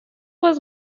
was